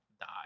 die